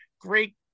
great